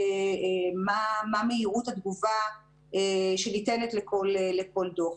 מה מהירות התגובה שניתנת לכל דוח.